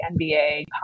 NBA